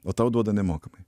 o tau duoda nemokamai